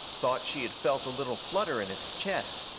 thought she had felt a little flutter in its chest,